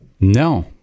No